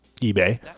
eBay